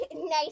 nice